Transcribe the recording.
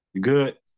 Good